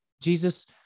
Jesus